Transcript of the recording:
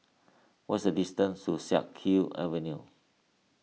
what is the distance to Siak Kew Avenue